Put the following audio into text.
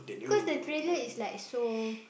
because the trailer is like so